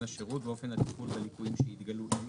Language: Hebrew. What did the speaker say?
השירות ואופן הטיפול בליקויים שהתגלו אם התגלו.